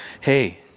hey